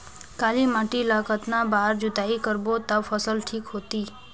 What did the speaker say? काली माटी ला कतना बार जुताई करबो ता फसल ठीक होती?